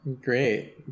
Great